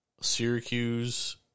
Syracuse